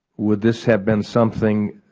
would this have ben something,